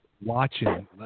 watching